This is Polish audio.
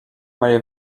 moje